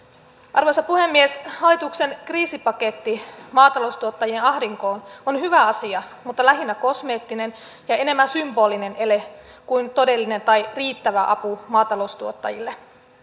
arvoisa puhemies hallituksen kriisipaketti maataloustuottajien ahdinkoon on hyvä asia mutta lähinnä kosmeettinen ja enemmän symbolinen ele kuin todellinen tai riittävä apu maataloustuottajille